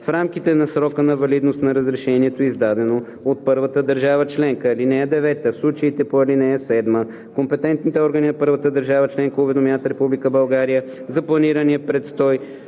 в рамките на срока на валидност на разрешението, издадено от първата държава членка. (9) В случаите по ал. 7 компетентните органи на първата държава членка, уведомяват Република България за планирания престой